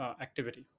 activity